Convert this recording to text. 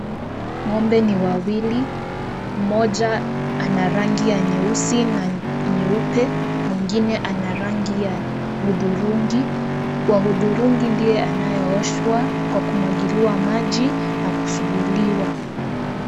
Ng'ombe ni wawili. Moja ana rangi ya nyeusi na nyeupe mwingine ana rangi ya udhurungi. Wa udhurungi ndiye anayeoshwa kwa kumwagiliwa maji na kusuguliwa.